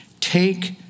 Take